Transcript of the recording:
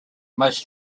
most